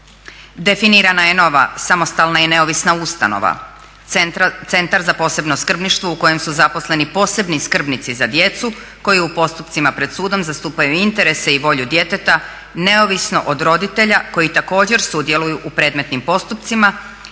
Definirana je i nova samostalna i neovisna ustanova, Centar za posebno skrbništvo u kojem su zaposleni posebni skrbnici za djecu koji u postupcima pred sudom zastupaju interese i volju djeteta neovisno od roditelja koji također sudjeluju u predmetnim postupcima